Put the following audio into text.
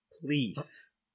Please